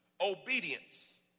Obedience